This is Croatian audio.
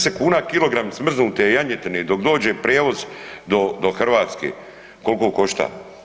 10 kn kilogram smrznute janjetine i dok dođe prijevoz do Hrvatske, kolko košta.